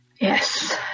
Yes